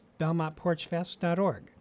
belmontporchfest.org